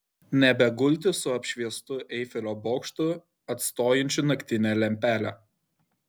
nebegulti su apšviestu eifelio bokštu atstojančiu naktinę lempelę